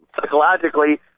psychologically